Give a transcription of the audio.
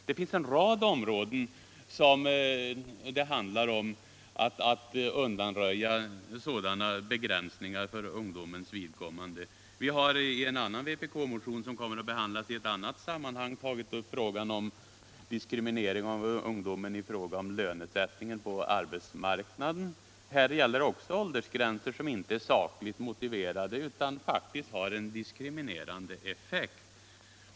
Det finns en rad områden där man måste undanröja sådana begränsningar för ungdomens vidkommande. Vi har i en vpk-motion, som kommer att behandlas i ett annat sammanhang, tagit upp diskriminering av ungdomen på arbetsmarknaden. Här gäller också gränser för lönesättning som inte är sakligt motiverade och som har en diskriminerande effekt.